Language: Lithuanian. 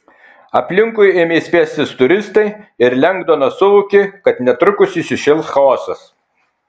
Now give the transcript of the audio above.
aplinkui ėmė spiestis turistai ir lengdonas suvokė kad netrukus įsišėls chaosas